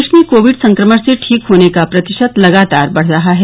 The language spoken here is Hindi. देश में कोविड संक्रमण से ठीक होने का प्रतिशत लगातार बढ रहा है